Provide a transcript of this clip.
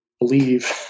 believe